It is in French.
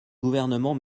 gouvernement